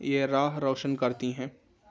یہ راہ روشن کرتی ہیں